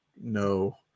no